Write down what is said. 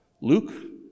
Luke